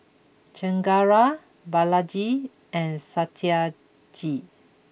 Chengara Balaji and Satyajit